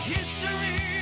History